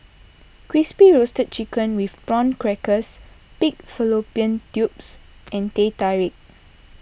Crispy Roasted Chicken with Prawn Crackers Pig Fallopian Tubes and Teh Tarik